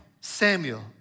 Samuel